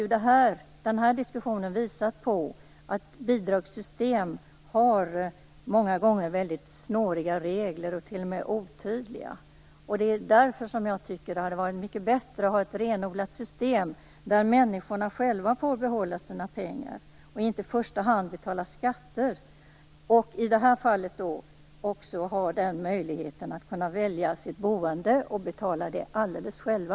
Diskussionen har visat på att bidragssystem många gånger har snåriga och t.o.m. otydliga regler. Därför tycker jag att det hade varit mycket bättre med ett renodlat system där människor själva får behålla sina pengar och inte i första hand betala skatter, och där människor i det här fallet också har möjlighet att välja sitt boende och betala det alldeles själva.